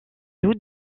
lou